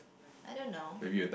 I don't know